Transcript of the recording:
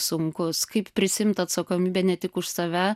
sunkus kaip prisiimti atsakomybę ne tik už save